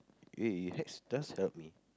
eh hacks does help me